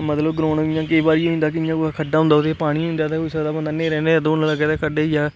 मतलब ग्राउंड इ'यां केईं बारी होई जंदा कि इ'यां कुतै खड्डा होंदा ओह्दे च पानी होई जंदा ते होई सकदा बंदा न्हेरे न्हेरै दौड़ना लग्गै ते खड्डै च जाऽ